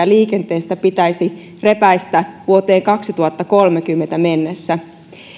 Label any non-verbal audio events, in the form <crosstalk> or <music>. <unintelligible> liikenteestä pitäisi repäistä puolet vähemmän päästöjä vuoteen kaksituhattakolmekymmentä mennessä